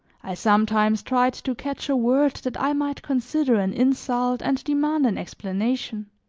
i sometimes tried to catch a word that i might consider an insult and demand an explanation.